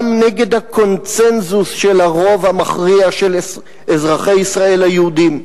גם נגד הקונסנזוס של הרוב המכריע של אזרחי ישראל היהודים.